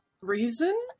reason